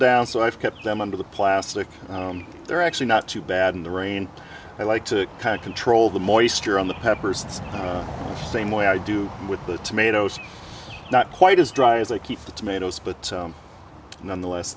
down so i've kept them under the plastic they're actually not too bad in the rain i like to kind of control the moisture on the peppers the same way i do with the tomatoes not quite as dry as i keep the tomatoes but nonetheless